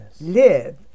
live